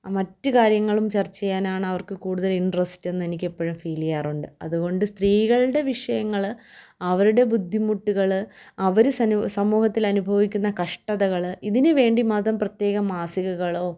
മറ്റ് കാര്യങ്ങളും ചർച്ച ചെയ്യാനാണ് അവർക്ക് കൂടുതൽ ഇൻട്രസ്റ്റെന്നെനിക്ക് എപ്പോഴും ഫീൽ ചെയ്യാറുണ്ട് അതുകൊണ്ട് സ്ത്രീകളുടെ വിഷയങ്ങൾ അവരുടെ ബുദ്ധിമുട്ടുകൾ അവർ സനൂ സമൂഹത്തിൽ അനുഭവിക്കുന്ന കഷ്ടതകൾ ഇതിനുവേണ്ടി മതം പ്രത്യേകം മാസികകളോ